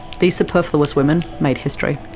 these superfluous women made history.